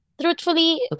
Truthfully